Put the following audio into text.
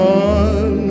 on